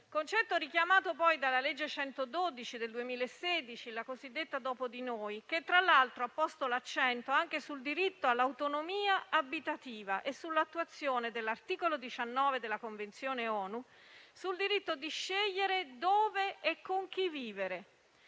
questo richiamato, poi, dalla legge n. 112 del 2016, la cosiddetta legge dopo di noi, che tra l'altro ha posto l'accento anche sul diritto all'autonomia abitativa e sull'attuazione dell'articolo 19 della Convenzione ONU sul diritto di scegliere dove e con chi vivere;